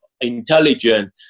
intelligent